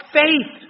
faith